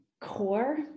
Core